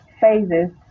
phases